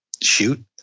shoot